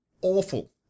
awful